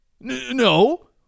no